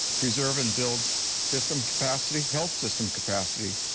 preserve and build system capacity, health system capacity,